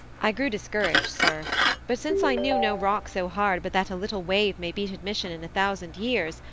i grew discouraged, sir but since i knew no rock so hard but that a little wave may beat admission in a thousand years,